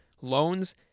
Loans